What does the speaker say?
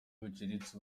buciriritse